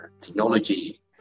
technology